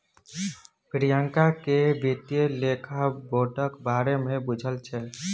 प्रियंका केँ बित्तीय लेखा बोर्डक बारे मे बुझल छै